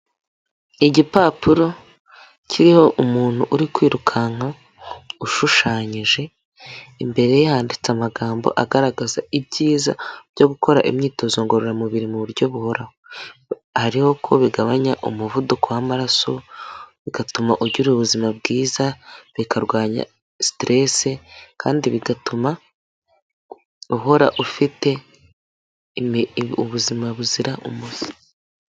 Igipapuro kiriho umuntu uri kwirukanka ushushanyije. Imbere yanditse amagambo agaragaza ibyiza byo gukora imyitozo ngororamubiri mu buryo buhoraho. Hariho ko bigabanya umuvuduko w'amaraso bigatuma ugira ubuzima bwiza, bikarwanya steresi kandi bigatuma uhora ufite ubuzima buzira umuze.